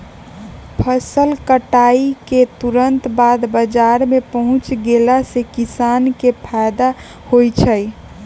फसल कटाई के तुरत बाद बाजार में पहुच गेला से किसान के फायदा होई छई